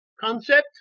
concept